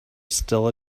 still